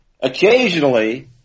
Occasionally